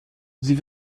sie